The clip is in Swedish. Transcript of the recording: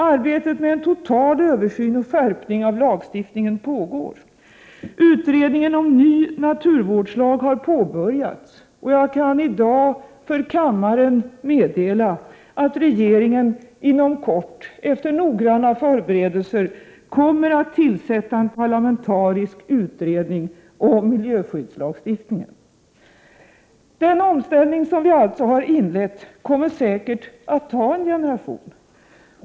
Arbetet med en total översyn och skärpning av lagstiftningen pågår. Utredningen om en ny naturvårdslag har påbörjats. Jag kan i dag för kammaren meddela att regeringen inom kort efter noggranna förberedelser kommer att tillsätta en parlamentarisk utredning om miljöskyddslagstiftningen. Den omställning som vi inlett kommer säkert att ta en generation.